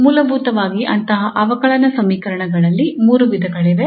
ಮೂಲಭೂತವಾಗಿ ಅಂತಹ ಅವಕಲನ ಸಮೀಕರಣಗಳಲ್ಲಿ ಮೂರು ವಿಧಗಳಿವೆ